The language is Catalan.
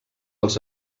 als